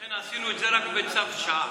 לכן עשינו את זה רק בצו שעה.